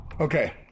Okay